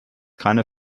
keine